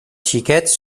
xiquets